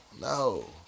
No